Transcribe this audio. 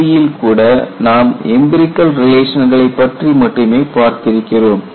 CTOD இல் கூட நாம் எம்பிரிகல் ரிலேஷன்களை பற்றி மட்டுமே பார்த்திருக்கிறோம்